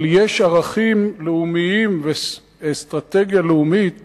אבל יש ערכים לאומיים ואסטרטגיה לאומית